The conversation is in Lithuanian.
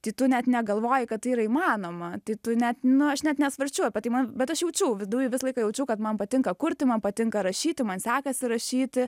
tai tu net negalvoji kad tai yra įmanoma tai tu net nu aš net nesvarsčiau apie tai man bet aš jaučiau viduj visą laiką jaučiau kad man patinka kurti man patinka rašyti man sekasi rašyti